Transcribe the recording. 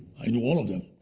i knew all of them.